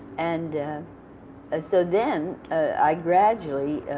and and so then i gradually,